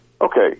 Okay